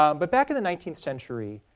um but back in the nineteenth century,